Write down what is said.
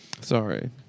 sorry